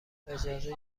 اجازه